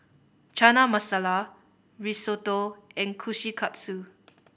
Chana Masala Risotto and Kushikatsu